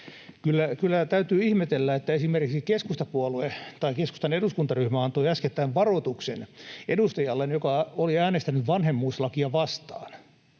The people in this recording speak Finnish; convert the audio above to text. täytyy ihmetellä, että esimerkiksi keskustan eduskuntaryhmä antoi äskettäin varoituksen edustajalleen, joka oli äänestänyt vanhemmuuslakia vastaan.